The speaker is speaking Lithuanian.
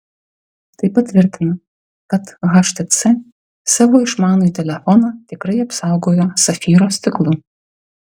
tai patvirtina kad htc savo išmanųjį telefoną tikrai apsaugojo safyro stiklu